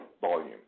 volume